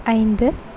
ஐந்து